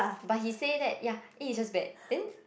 but he say that ya A is just bad then